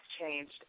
changed